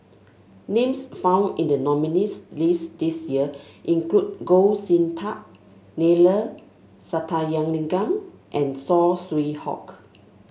names found in the nominees' list this year include Goh Sin Tub Neila Sathyalingam and Saw Swee Hock